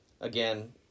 again